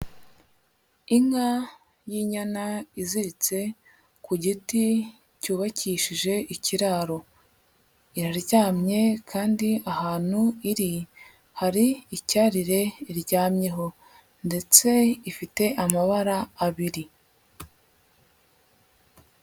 Inka y'inyana iziritse ku giti cyubakishije ikiraro. Iraryamye kandi ahantu iri, hari icyarire iryamyeho ndetse ifite amabara abiri.